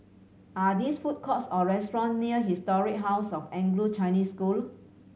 are these food courts or restaurants near Historic House of Anglo Chinese School